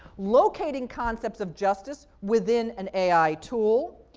locating concepts of justice within an ai tool.